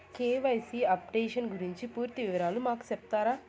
KYC updation గురించి పూర్తి వివరాలు మాకు సెప్తారా?